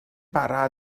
bara